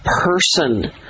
person